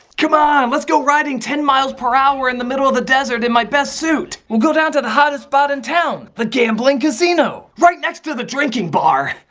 come on! let's go riding ten miles per hour in the middle of the desert in my best suit! we'll go down to the hottest spot in town the gambling casino. right next to the drinking bar.